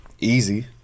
easy